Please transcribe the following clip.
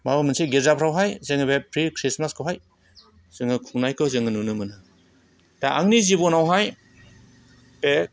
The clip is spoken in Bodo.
माबा मोनसे गिरजाफ्रावहाय जोङो बे प्रि ख्रिस्टमासखौहाय जोङो खुंनायखौ जोङो नुनो मोनो दा आंनि जिबनावहाय बे